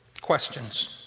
questions